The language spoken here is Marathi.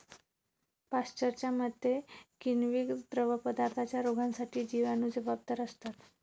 पाश्चरच्या मते, किण्वित द्रवपदार्थांच्या रोगांसाठी जिवाणू जबाबदार असतात